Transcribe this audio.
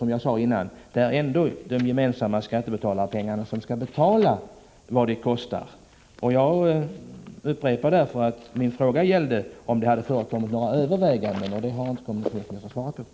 Som jag sade tidigare är det ändå med skattemedel man får betala vad detta kostar. Jag upprepar därför att min fråga gällde om det förekommit några överväganden. Det har kommunikationsministern inte svarat på.